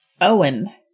Owen